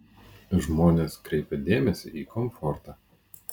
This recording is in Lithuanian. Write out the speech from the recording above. žmonės kreipia dėmesį į komfortą